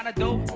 and know